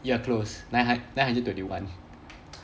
you are close nine hun~ nine hundred twenty one